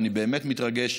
אני באמת מתרגש,